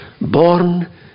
born